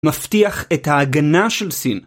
מבטיח את ההגנה של סין.